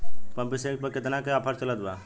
Pumping set पर केतना के ऑफर चलत बा?